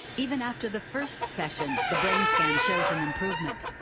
even after the first session, the brain scan shows an improvement.